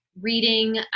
reading